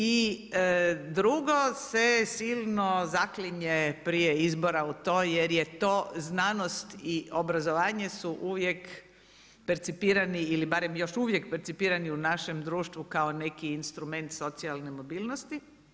I drugo se silno zaklinje prije izbora u to jer je to znanost i obrazovanje su uvijek percipirani ili barem još uvijek percipirani u našem društvu kao neki instrument socijalne mobilnosti.